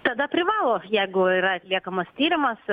tada privalo jeigu yra atliekamas tyrimas